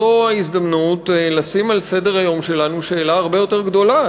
זאת ההזדמנות לשים על סדר-היום שלנו שאלה הרבה יותר גדולה.